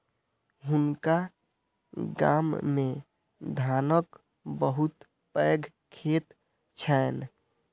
हुनका गाम मे धानक बहुत पैघ खेत छैन